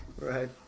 right